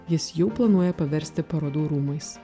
jis jau planuoja paversti parodų rūmais